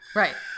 right